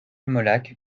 molac